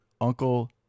Uncle